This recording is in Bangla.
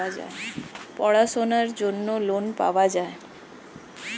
পড়াশোনার জন্য লোন পাওয়া যায়